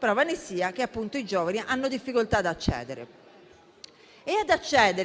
Prova ne sia che appunto i giovani hanno difficoltà ad accedere.